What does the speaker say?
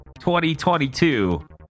2022